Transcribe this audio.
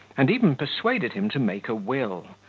and even persuaded him to make a will,